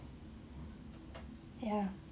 ya